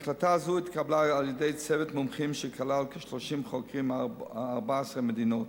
החלטה זאת התקבלה על-ידי צוות מומחים שכלל 30 חוקרים מ-14 מדינות.